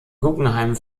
guggenheim